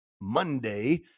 Monday